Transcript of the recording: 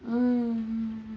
mm